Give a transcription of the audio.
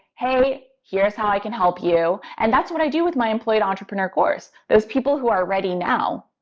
hey, here's how i can help you. and that's what i do with my employee to entrepreneur course. those people who are ready now,